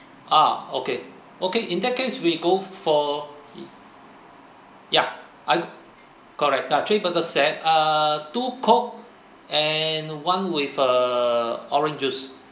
ah okay okay in that case we go for ya I correct ah three burger set err two coke and one with a orange juice